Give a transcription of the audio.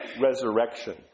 resurrection